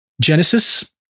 Genesis